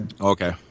okay